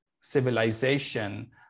civilization